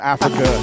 Africa